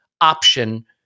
option